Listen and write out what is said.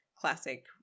Classic